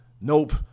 Nope